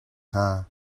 hna